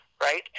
right